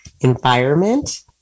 environment